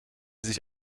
sich